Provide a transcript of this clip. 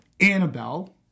Annabelle